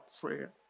prayer